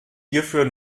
hierfür